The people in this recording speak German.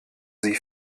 sie